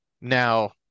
Now